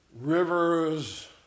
rivers